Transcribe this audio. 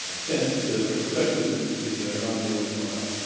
ah since the especially since the iran deal was torn up.